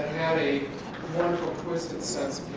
had a wonderful, twisted sense